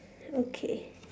okay